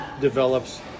develops